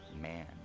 man